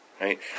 right